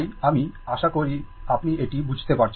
তাই আমি আশা করি আপনি এটি বুঝতে পারছেন